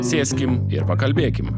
sėskim ir pakalbėkim